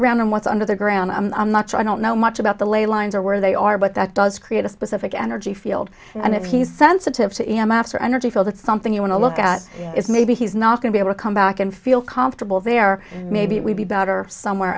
ground and what's under the ground i'm not sure i don't know much about the lay lines or where they are but that does create a specific energy field and if he's sensitive to am after energy field that's something you want to look at is maybe he's not going be able to come back and feel comfortable there maybe it would be better somewhere